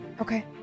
okay